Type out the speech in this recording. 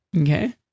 Okay